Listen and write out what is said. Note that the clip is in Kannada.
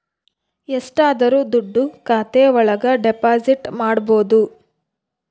ಎಷ್ಟಾದರೂ ದುಡ್ಡು ಖಾತೆ ಒಳಗ ಡೆಪಾಸಿಟ್ ಮಾಡ್ಬೋದು